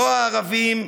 לא הערבים,